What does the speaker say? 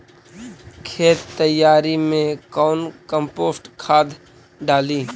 खेत तैयारी मे कौन कम्पोस्ट खाद डाली?